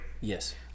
yes